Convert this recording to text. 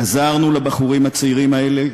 עזרנו לבחורים הצעירים האלה,